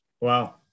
Wow